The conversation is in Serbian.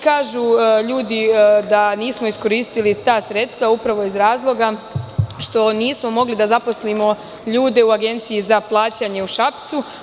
Kažu ljudi da nismo iskoristili ta sredstva upravo iz razloga što nismo mogli da zaposlimo ljude u Agenciji za plaćanje u Šapcu.